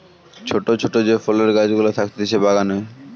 ছোট ছোট যে ফলের গাছ গুলা থাকতিছে বাগানে